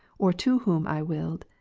or to whom i willed,